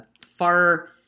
far